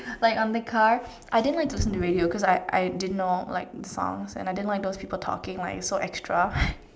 like on the car I didn't like to listen to radio cause I I didn't know like the songs and I didn't like those people talking like it's so extra